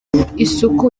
isuku